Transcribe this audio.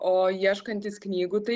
o ieškantys knygų tai